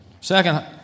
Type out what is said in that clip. Second